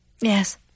Yes